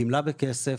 גמלה בכסף,